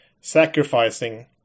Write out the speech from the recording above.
sacrificing